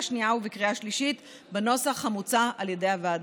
השנייה ובקריאה השלישית בנוסח המוצע על ידי הוועדה.